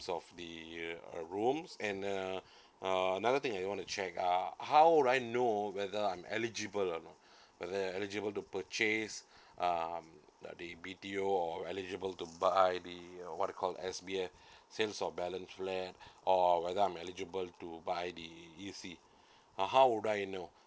of the uh rooms and uh uh another thing I want to check uh how would I know whether I'm eligible uh whether I eligible to purchase um like the B_T_O or or eligible to buy the what they called S_B_F sales of balance flat or whether I'm eligible to buy the E_C uh how would I know